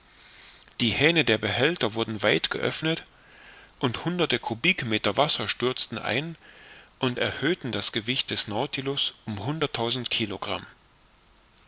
die hähne der behälter wurden weit geöffnet und hundert kubikmeter wasser stürzten ein und erhöhten das gewicht des nautilus um hunderttausend kilogramm